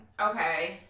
okay